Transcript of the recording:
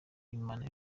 uwimana